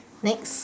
next